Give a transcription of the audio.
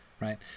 right